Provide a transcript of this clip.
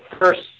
first